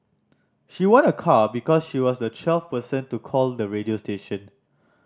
she won a car because she was the twelfth person to call the radio station